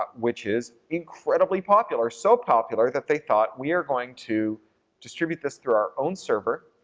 but which is incredibly popular, so popular that they thought we are going to distribute this through our own server,